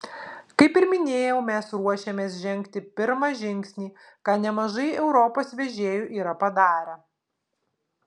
kaip ir minėjau mes ruošiamės žengti pirmą žingsnį ką nemažai europos vežėjų yra padarę